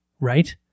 right